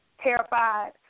terrified